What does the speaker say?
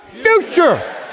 future